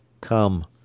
Come